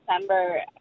December